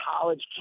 college